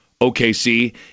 OKC